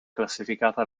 classificata